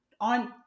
on